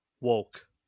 woke